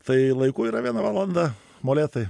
tai laiku yra viena valanda molėtai